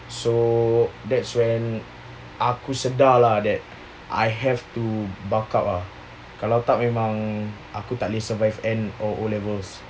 so that's when aku sedar lah that I have to bulk up kalau tak memang aku takleh survive N or O levels